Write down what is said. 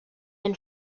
been